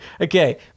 okay